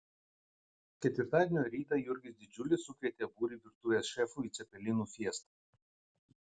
ketvirtadienio rytą jurgis didžiulis sukvietė būrį virtuvės šefų į cepelinų fiestą